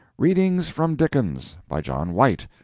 readings from dickens. by john white,